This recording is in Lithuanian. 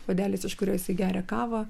puodelis iš kurio jisai geria kava